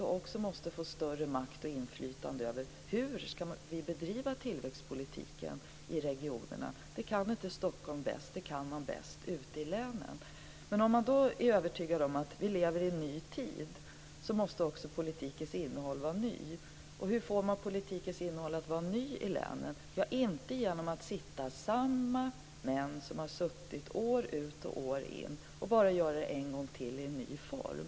Där måste man också få större makt och inflytande över hur tillväxtpolitiken ska bedrivas i regionerna. Detta kan inte Stockholm bäst, utan det kan man bäst ute i länen. Om man då är övertygad om att vi lever i en ny tid, måste också politikens innehåll vara nytt. Och hur får man politikens innehåll att vara nytt i länen? Ja, inte genom att samma män som har suttit år ut och år in ska fortsätta men i en ny form.